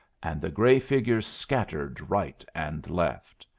and the gray figures scattered right and left.